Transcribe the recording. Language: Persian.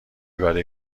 برای